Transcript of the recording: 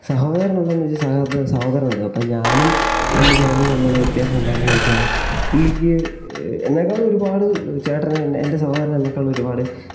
സഹോദരൻ ഉണ്ടോ എന്ന് ചോദിച്ചാൽ സഹോദരൻ ഉണ്ട് അപ്പം ഞാനും എൻ്റെ ചേട്ടനും തമ്മിലുള്ള വ്യത്യാസം എന്താണെന്ന് ചോദിച്ചാൽ പുള്ളിക്ക് എന്നെക്കാൾ ഒരുപാട് ചേട്ടനെ എൻ്റെ സഹോദരന് എന്നെക്കാൾ ഒരുപാട്